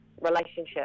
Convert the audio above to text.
relationship